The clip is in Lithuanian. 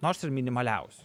nors ir minimaliausių